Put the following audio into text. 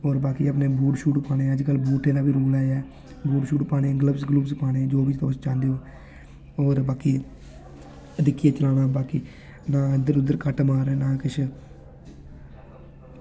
होर बाकी अपने बूट पाने अज्जकल बूटें दा बी रूल ऐ बूट पाने गलव्स पाने जो बी तुस चाहंदे ओ होर बाकी एह् दिक्खियै बाकी इद्धर उद्धर कट मारना बाकी